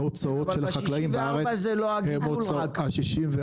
ההוצאות של החקלאים בארץ הם הוצאות,